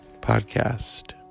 podcast